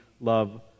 love